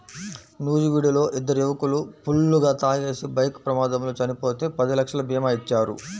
నూజివీడులో ఇద్దరు యువకులు ఫుల్లుగా తాగేసి బైక్ ప్రమాదంలో చనిపోతే పది లక్షల భీమా ఇచ్చారు